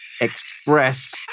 express